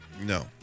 No